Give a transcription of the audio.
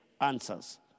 answers